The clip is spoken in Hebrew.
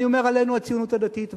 אני אומר עלינו, הציונות הדתית.